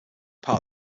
part